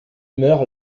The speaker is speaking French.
meurt